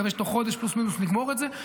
אני מקווה שתוך חודש פלוס-מינוס נגמור את זה.